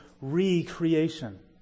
recreation